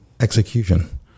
execution